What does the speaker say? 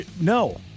No